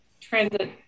transit